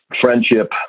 friendship